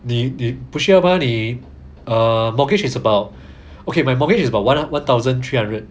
你你不需要 mah 你 err mortgage is about okay my mortgage is about one thousand three hundred